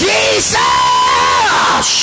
Jesus